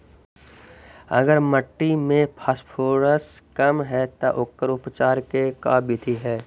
अगर मट्टी में फास्फोरस कम है त ओकर उपचार के का बिधि है?